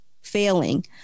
failing